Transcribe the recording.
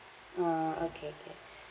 ah okay can